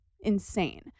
insane